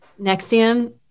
Nexium